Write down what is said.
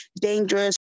dangerous